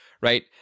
right